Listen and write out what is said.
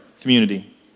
community